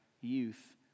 youth